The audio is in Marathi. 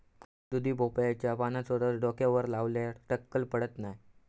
दुधी भोपळ्याच्या पानांचो रस डोक्यावर लावल्यार टक्कल पडत नाय